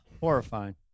Horrifying